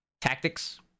tactics